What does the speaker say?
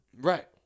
Right